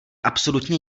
absolutně